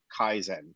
Kaizen